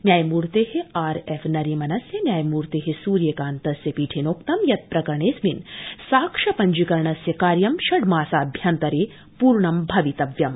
न्यायमूर्ते आरएफनरीमनस्य न्यायमूर्ते सूर्यकान्तस्य पीठेनोक्तं यत् प्रकरणेऽस्मिन् साक्ष्य पञ्जीकरणस्य कार्य षड्मासाभ्यन्तरे पूर्ण भवितव्यम्